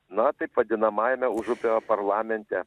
na taip vadinamajame užupio parlamente